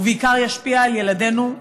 ובעיקר ישפיע על ילדינו,